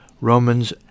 Romans